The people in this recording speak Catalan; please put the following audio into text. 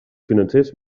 financers